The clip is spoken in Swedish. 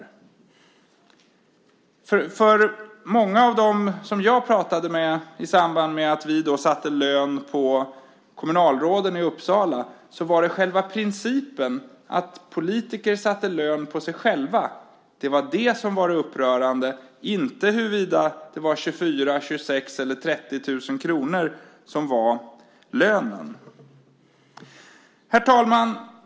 För många av dem som jag pratade med i samband med att vi satte lön på kommunalråden i Uppsala var det själva principen, att politiker satte lön på sig själva, som var det upprörande, inte huruvida lönen var 24 000, 26 000 eller 30 000 kr. Herr talman!